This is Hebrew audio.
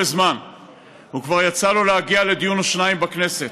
זמן וכבר יצא לו להגיע לדיון או שניים בכנסת.